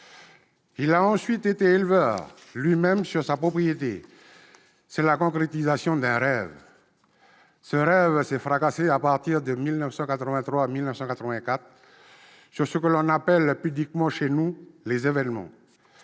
Il a ensuite été éleveur sur sa propriété. C'était la concrétisation d'un rêve, mais ce rêve s'est fracassé à partir de 1983-1984 sur ce que l'on appelle pudiquement chez nous « les événements